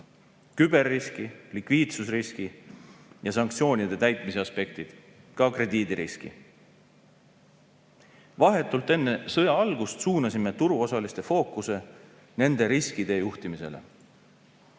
küberriski, likviidsusriski ja sanktsioonide täitmise aspektid, ka krediidiriski. Vahetult enne sõja algust suunasime turuosaliste fookuse nende riskide juhtimisele.